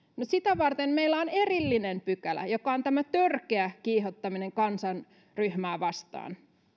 sitä varten meillä on erillinen pykälä joka on tämä törkeä kiihottaminen kansanryhmää vastaan